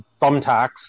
thumbtacks